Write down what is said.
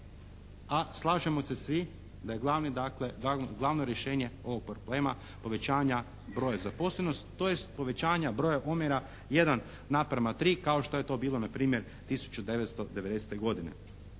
a slažemo se svi da je glavni dakle, glavno rješenje ovog problema povećanja broja zaposlenosti, tj. povećanja broja omjera jedan naprama tri kao što je to bilo na primjer 1990. godine.